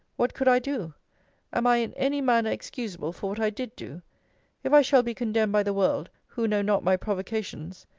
what could i do am i in any manner excusable for what i did do if i shall be condemned by the world, who know not my provocations,